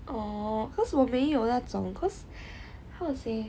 oh cause 我没有那种 cause how to say